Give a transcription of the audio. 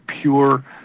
pure